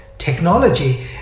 technology